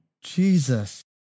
Jesus